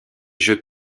jeux